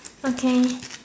okay